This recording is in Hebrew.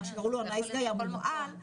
מה שקראו לו הנייס גאי המורעל,